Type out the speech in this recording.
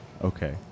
okay